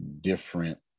different